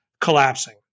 collapsing